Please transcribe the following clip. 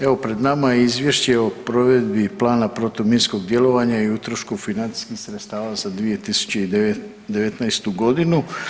Evo pred nama je Izvješće o provedbi plana protuminskog djelovanja i utrošku financijskih sredstava za 2019. godinu.